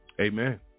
Amen